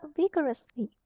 vigorously